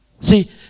See